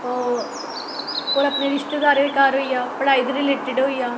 और अपने रिश्तेदारें दा घर होई गेआ पढ़ाई दे रिलेटड होई गेआ